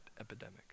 epidemic